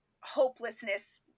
hopelessness